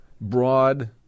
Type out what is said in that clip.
broad